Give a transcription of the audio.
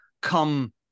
come